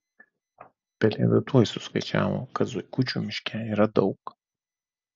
pelėda tuoj suskaičiavo kad zuikučių miške yra daug